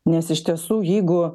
nes iš tiesų jeigu